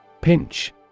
Pinch